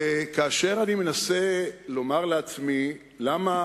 כאשר אני מנסה לומר לעצמי למה